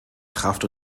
kraft